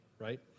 right